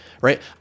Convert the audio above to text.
right